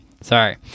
Sorry